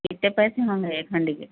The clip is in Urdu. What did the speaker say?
کتنے پیسے ہوں گے ایک ہانڈی کے